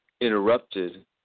interrupted